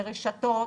לרשתות,